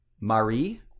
marie